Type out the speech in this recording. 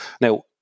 Now